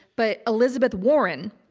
but elizabeth warren,